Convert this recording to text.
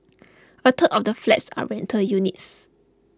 a third of the flats are rental units